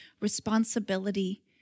responsibility